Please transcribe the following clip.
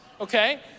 okay